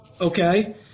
Okay